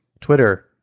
Twitter